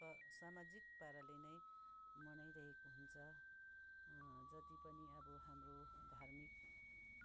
र सामाजिक पाराले नै मनाइरहेको हुन्छ जति पनि अब हाम्रो धार्मिक